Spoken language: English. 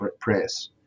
press